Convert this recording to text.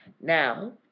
Now